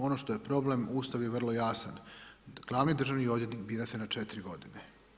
Ono što je problem, Ustav je vrlo jasan, glavni državni odvjetnik bira se na 4 godine.